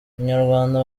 inyarwanda